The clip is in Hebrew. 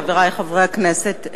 חברי חברי הכנסת,